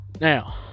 Now